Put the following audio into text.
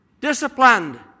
disciplined